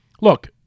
look